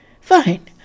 Fine